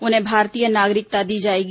उन्हें भारतीय नागरिकता दी जाएगी